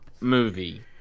movie